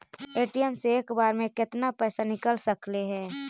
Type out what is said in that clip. ATM से एक बार मे केतना पैसा निकल सकले हे?